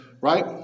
Right